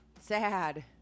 Sad